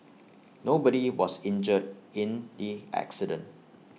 nobody was injured in the accident